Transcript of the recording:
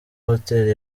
hoteli